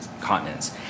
continents